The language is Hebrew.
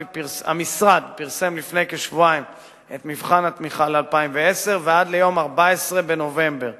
המשרד פרסם לפני כשבועיים את מבחן התמיכה ל-2010 ועד ל-14 בנובמבר